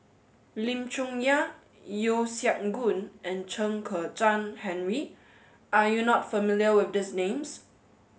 Lim Chong Yah Yeo Siak Goon and Chen Kezhan Henri are you not familiar with these names